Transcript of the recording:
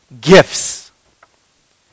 gifts